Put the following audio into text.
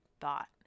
thought